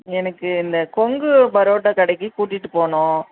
எனக்கு இந்த கொங்கு பரோட்டா கடைக்கு கூட்டிகிட்டு போகனும்